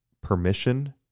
permission